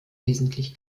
wesentlich